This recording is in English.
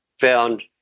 found –